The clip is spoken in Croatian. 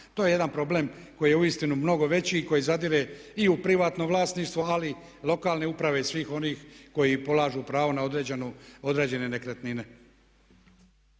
To je jedan problem koji je uistinu mnogo veći i koji zadire i u privatno vlasništvo ali i u lokalne uprave i svih onih koji polažu pravo na određene nekretnine.